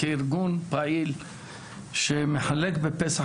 כארגון פעיל שמחלק בפסח,